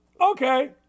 Okay